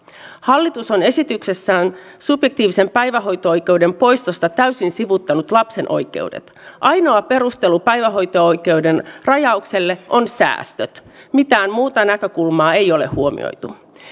hallitus on esityksessään subjektiivisen päivähoito oikeuden poistosta täysin sivuuttanut lapsen oikeudet ainoa perustelu päivähoito oikeuden rajaukselle on säästö mitään muuta näkökulmaa ei ole huomioitu